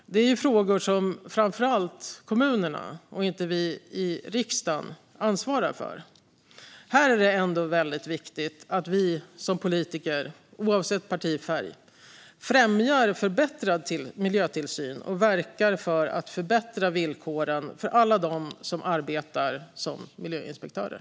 Det är ju frågor som framför allt kommunerna och inte vi i riksdagen ansvarar för. Här är det ändå viktigt att vi som politiker, oavsett partifärg, främjar förbättrad miljötillsyn och verkar för att förbättra villkoren för alla dem som arbetar som miljöinspektörer.